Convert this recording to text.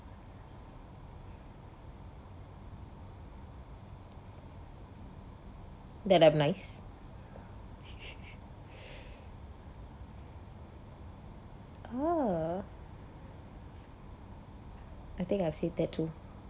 nice ah I think I've see that too